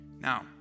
Now